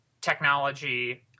technology